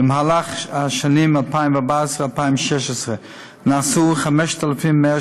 במהלך השנים 2014 2016 נעשו 5,180